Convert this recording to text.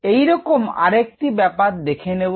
এই রকম আরেকটি ব্যাপার দেখে নেব